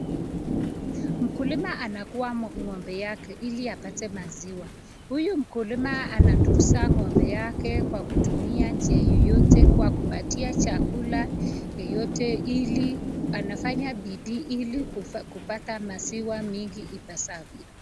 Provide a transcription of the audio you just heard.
Mkulima anakama ng'ombe yake ili apate maziwa, huyu mkulima anatunza ng'ombe yake kwa kutumia njia yeyote kwa kupatia chakula yoyote, anafanya bidii ili kupata maziwa mingi ipasavyo.